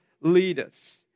leaders